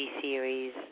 series